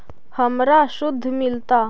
हमरा शुद्ध मिलता?